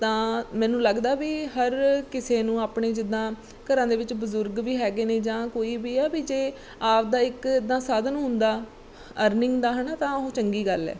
ਤਾਂ ਮੈਨੂੰ ਲੱਗਦਾ ਵੀ ਹਰ ਕਿਸੇ ਨੂੰ ਆਪਣੇ ਜਿੱਦਾਂ ਘਰਾਂ ਦੇ ਵਿੱਚ ਬਜ਼ੁਰਗ ਵੀ ਹੈਗੇ ਨੇ ਜਾਂ ਕੋਈ ਵੀ ਆ ਵੀ ਜੇ ਆਪ ਦਾ ਇੱਕ ਇੱਦਾਂ ਸਾਧਨ ਹੁੰਦਾ ਅਰਨਿੰਗ ਦਾ ਹੈ ਨਾ ਤਾਂ ਉਹ ਚੰਗੀ ਗੱਲ ਹੈ